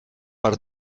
per